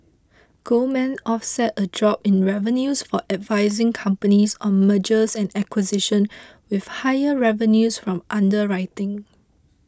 Goldman offset a drop in revenues for advising companies on mergers and acquisition with higher revenues from underwriting